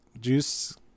Juice